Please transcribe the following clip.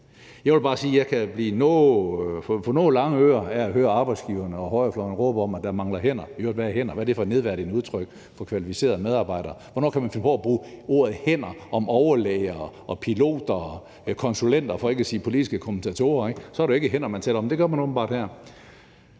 Jeg vil bare sige, at jeg kan få noget lange ører af at høre arbejdsgiverne og højrefløjen råbe op om, at der mangler hænder. Hvad er det i øvrigt for et nedværdigende udtryk for kvalificerede medarbejdere? Hvornår kan man finde på at bruge ordet hænder om overlæger og piloter og konsulenter for ikke at sige politiske kommentatorer? Så er det jo ikke hænder, man taler om, men det gør man åbenbart her.